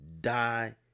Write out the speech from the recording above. die